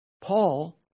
Paul